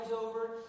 over